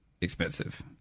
expensive